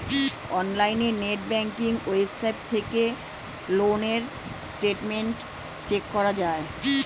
অনলাইনে net banking website থেকে loan এর স্টেটমেন্ট চেক করা যায়